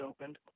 opened